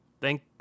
Thank